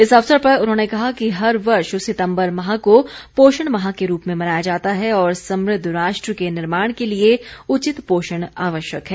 इस अवसर पर उन्होंने कहा कि हर वर्ष सितंबर माह को पोषण माह के रूप में मनाया जाता है और समृद्व राष्ट्र के निर्माण के लिए उचित पोषण आवश्यक है